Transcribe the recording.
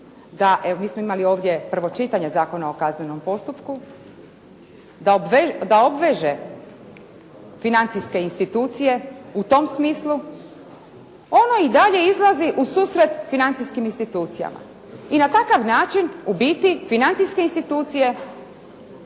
da obveže financijske institucije u tom smislu, ono i dalje izlazi u susret financijskim institucijama. I na takav način u biti financijske institucije